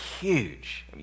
huge